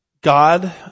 God